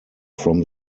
from